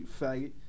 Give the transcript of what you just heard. faggot